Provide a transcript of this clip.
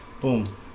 Boom